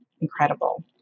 incredible